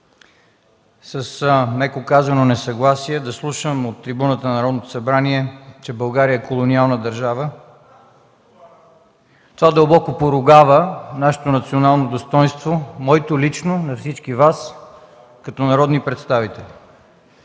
с, меко казано, несъгласие да слушам от трибуната на Народното събрание, че България е колониална държава. Това дълбоко поругава националното ни достойнство, моето лично, на всички Вас като народни представители.